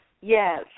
Yes